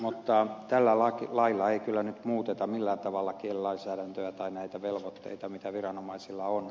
mutta tällä lailla ei kyllä nyt muuteta millään tavalla kielilainsäädäntöä tai näitä velvoitteita mitä viranomaisilla on